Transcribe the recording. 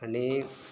आनी